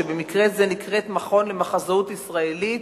שבמקרה זה נקראת "מכון למחזאות ישראלית",